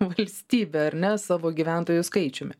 valstybė ar ne savo gyventojų skaičiumi